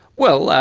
well,